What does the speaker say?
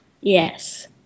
yes